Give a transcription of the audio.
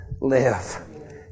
live